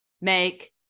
make